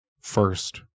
first